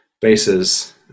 bases